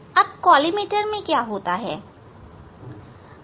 अब कॉलीमेटर में क्या होता है